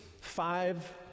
five